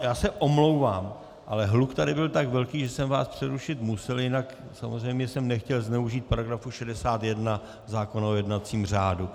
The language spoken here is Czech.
Já se omlouvám, ale hluk tady byl tak velký, že jsem vás přerušit musel, jinak samozřejmě jsem nechtěl zneužít § 61 zákona o jednacím řádu.